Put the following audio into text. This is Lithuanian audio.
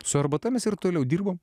su arbata mes ir toliau dirbom